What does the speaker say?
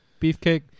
Beefcake